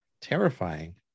terrifying